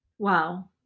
Wow